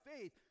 faith